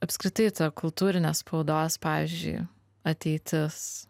apskritai kultūrinės spaudos pavyzdžiui ateitis